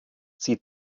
sie